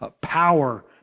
power